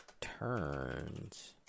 turns